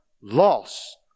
loss